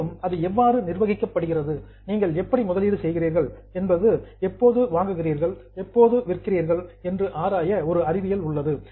மேலும் அது எவ்வாறு மேனேஜிடு நிர்வகிக்கப்படுகிறது நீங்கள் எப்படி முதலீடு செய்கிறீர்கள் எப்போது வாங்குகிறீர்கள் எப்போது விற்கிறீர்கள் என்று ஆராய ஒரு அறிவியல் உள்ளது